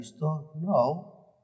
No